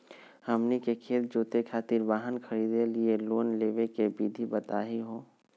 हमनी के खेत जोते खातीर वाहन खरीदे लिये लोन लेवे के विधि बताही हो?